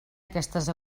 aquestes